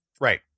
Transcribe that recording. Right